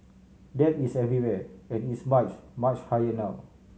debt is everywhere and it's much much higher now